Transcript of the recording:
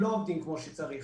שלא עובדים כמו שצריך,